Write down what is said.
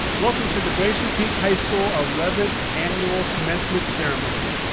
welcome to the glacier peak high school eleventh annual commencement ceremony.